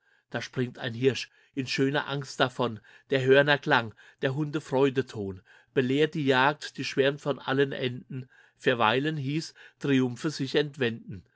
da springt ein hirsch in schöner angst davon der hörner klang der hunde freudeton belehrt die jagd die schwärmt von allen enden verweilen hieß triumphe sich entwenden